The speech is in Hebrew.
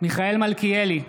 מיכאל מלכיאלי,